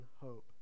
hope